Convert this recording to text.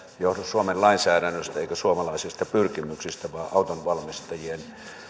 johdu suomen lainsäädännöstä eikä suomalaisista pyrkimyksistä vaan autonvalmistajien